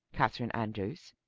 catherine andrews.